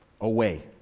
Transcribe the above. away